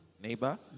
Neighbor